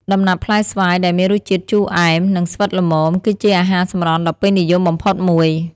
ដំណាប់ផ្លែស្វាយដែលមានរសជាតិជូរអែម និងស្វិតល្មម គឺជាអាហារសម្រន់ដ៏ពេញនិយមបំផុតមួយ។